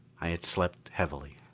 i had slept heavily.